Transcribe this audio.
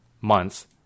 months